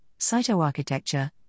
cytoarchitecture